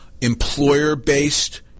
employer-based